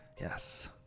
Yes